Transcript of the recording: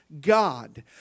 God